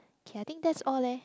okay I think that's all eh